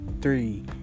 three